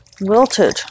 wilted